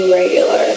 regular